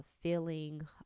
feeling